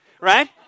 right